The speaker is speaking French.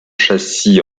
châssis